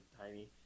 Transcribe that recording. tiny